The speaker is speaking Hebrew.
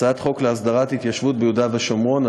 הצעת חוק להסדרת התיישבות ביהודה והשומרון,